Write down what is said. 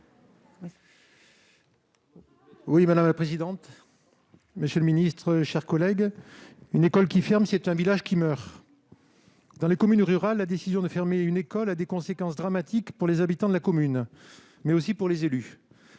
: La parole est à M. Pierre-Antoine Levi. « Une école qui ferme, c'est un village qui meurt. » Dans les communes rurales, la décision de fermer une école a des conséquences dramatiques pour les habitants de la commune, mais aussi pour les élus.